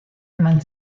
eman